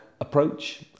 approach